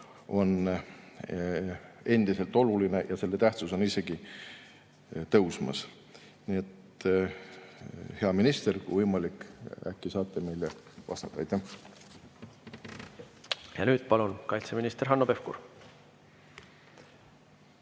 on väga oluline ja selle tähtsus on isegi tõusmas. Nii et, hea minister, kui võimalik, äkki saate meile vastata. Aitäh! Ja nüüd palun, kaitseminister Hanno Pevkur!